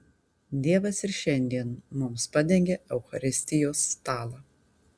dievas ir šiandien mums padengia eucharistijos stalą